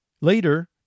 Later